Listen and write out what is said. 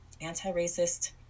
anti-racist